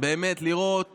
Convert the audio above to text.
לראות